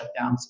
shutdowns